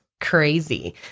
crazy